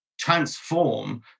transform